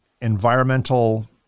environmental